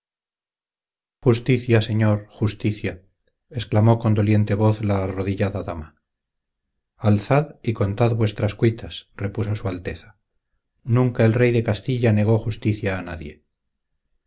justicia señor justicia exclamó con doliente voz la arrodillada dama alzad y contad vuestras cuitas repuso su alteza nunca el rey de castilla negó justicia a nadie